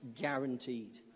guaranteed